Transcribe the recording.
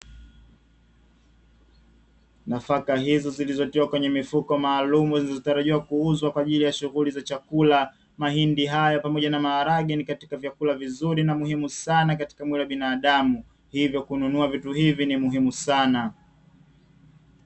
Nafaka hizo zilizotiwa kwenye mifuko maalumu zinazotarajiwa kuuzwa kwa ajili ya shughuli za chakula; mahindi hayo pamoja na maharage ni katika vyakula vizuri na muhimu sana katika mwili wa binadamu. Hivyo kununua vitu hivi ni muhimu sana.